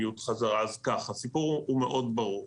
הסיפור מאוד ברור.